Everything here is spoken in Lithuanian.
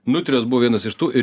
nutrijos buvo vienas iš tų ir